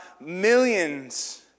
millions